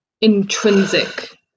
intrinsic